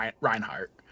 Reinhardt